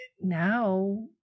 now